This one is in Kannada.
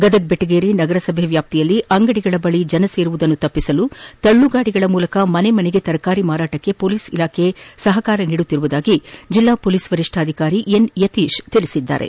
ಗದಗ್ ಬೆಟಗೇರಿ ನಗರಸಭೆ ವ್ಯಾಪ್ತಿಯಲ್ಲಿ ಅಂಗಡಿಗಳ ಬಳಿ ಜನಸೇರುವುದನ್ನು ತಪ್ಪಿಸಲು ತಳ್ಳುಗಾಡಿಗಳ ಮೂಲಕ ಮನೆಮನೆಗೆ ತರಕಾರಿ ಮಾರಾಟಕ್ಕೆ ಮೋಲೀಸ್ ಇಲಾಖೆ ಸಹಕರಿಸುತ್ತಿರುವುದಾಗಿ ಜಿಲ್ಲಾ ಮೊಲೀಸ್ ವರಿಷ್ಠಾಧಿಕಾರಿ ಎನ್ಯತೀಶ್ ತಿಳಿಸಿದ್ದಾರೆ